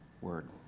word